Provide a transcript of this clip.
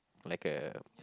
like a